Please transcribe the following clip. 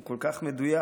הוא כל כך מדויק.